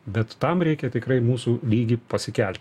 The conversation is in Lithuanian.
bet tam reikia tikrai mūsų lygį pasikelti